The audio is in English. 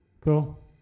Cool